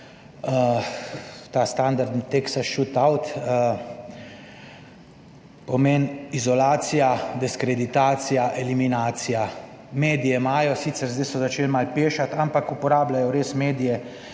ta standardni Teksas šutu out, pomeni izolacija, diskreditacija, eliminacija. Medije imajo sicer, zdaj so začeli malo pešati, ampak uporabljajo res medije